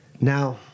Now